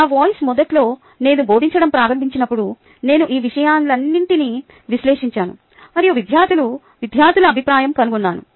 నా వాయిస్ మొదట్లో నేను బోధించడం ప్రారంభించినప్పుడు నేను ఈ విషయాలన్నింటినీ విశ్లేషించాను మరియు విద్యార్థుల అభిప్రాయం కన్నుకున్నాను